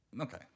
Okay